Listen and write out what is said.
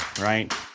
right